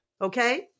okay